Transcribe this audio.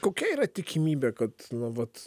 kokia yra tikimybė kad na vat